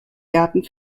gärten